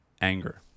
Anger